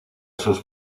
sus